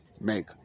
make